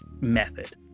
method